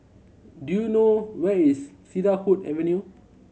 do you know where is Cedarwood Avenue